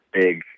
big